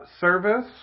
service